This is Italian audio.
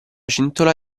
cintola